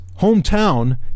hometown